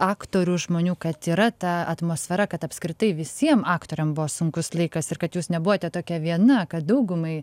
aktorių žmonių kad yra ta atmosfera kad apskritai visiem aktoriam buvo sunkus laikas ir kad jūs nebuvote tokia viena kad daugumai